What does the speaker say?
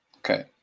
Okay